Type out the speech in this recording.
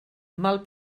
mal